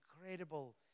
incredible